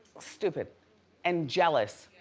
stupid and jealous.